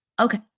Okay